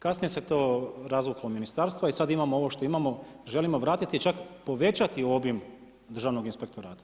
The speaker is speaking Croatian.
Kasnije se to razvuklo na ministarstva i sada imamo ovo što imamo, želimo vratiti čak, povećati obim državnog inspektorata.